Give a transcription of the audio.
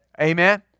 Amen